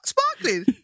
Sparkling